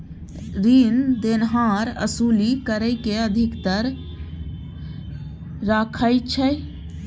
रीन देनहार असूली करइ के अधिकार राखइ छइ